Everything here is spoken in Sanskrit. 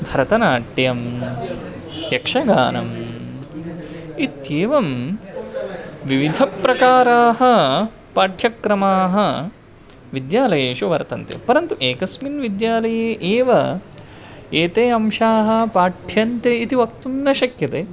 भरतनाट्यं यक्षगानम् इत्येवं विविधप्रकाराः पाठ्यक्रमाः विद्यालयेषु वर्तन्ते परन्तु एकस्मिन् विद्यालये एव एते अंशाः पाठ्यन्ते इति वक्तुं न शक्यते